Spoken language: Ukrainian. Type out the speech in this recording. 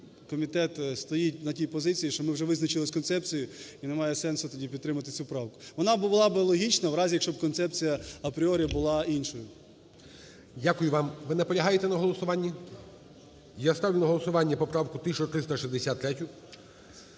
комітет стоїть на тій позиції, що ми вже визначились з концепцією, і немає сенсу тоді підтримувати цю правку. Вона була би логічна в разі, якщо б концепція апріорі була іншою. ГОЛОВУЮЧИЙ. Дякую вам. Ви наполягаєте на голосуванні? Я ставлю на голосування поправку 1363.